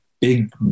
big